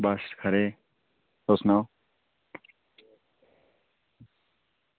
बस खरे ते तुस सनाओ